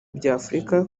by’afurika